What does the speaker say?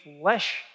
flesh